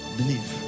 Believe